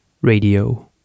Radio